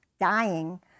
dying